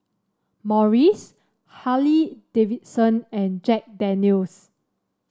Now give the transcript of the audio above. Morries Harley Davidson and Jack Daniel's